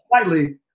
slightly